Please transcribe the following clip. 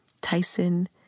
Tyson